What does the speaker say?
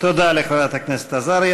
תודה לחברת הכנסת עזריה.